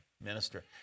Minister